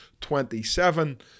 27